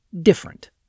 different